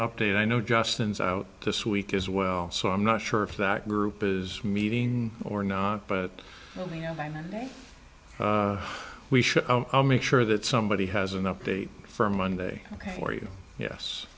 update i know justin's out this week as well so i'm not sure if that group is meeting or not but we should make sure that somebody has an update for monday ok for you